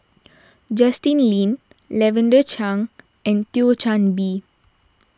Justin Lean Lavender Chang and Thio Chan Bee